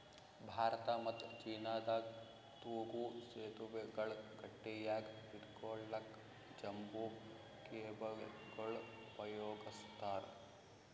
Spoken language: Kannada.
ಭಾರತ ಮತ್ತ್ ಚೀನಾದಾಗ್ ತೂಗೂ ಸೆತುವೆಗಳ್ ಗಟ್ಟಿಯಾಗ್ ಹಿಡ್ಕೊಳಕ್ಕ್ ಬಂಬೂ ಕೇಬಲ್ಗೊಳ್ ಉಪಯೋಗಸ್ತಾರ್